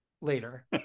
later